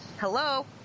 hello